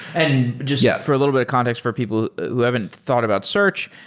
and just yeah for a little bit of context for people who haven't thought about search,